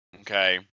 Okay